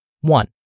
One